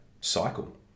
cycle